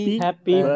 happy